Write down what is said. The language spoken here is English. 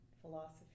philosophy